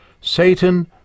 Satan